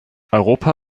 europa